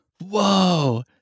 whoa